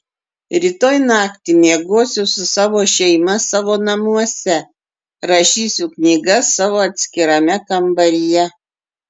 rytoj naktį miegosiu su savo šeima savo namuose rašysiu knygas savo atskirame kambaryje